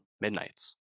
Midnight's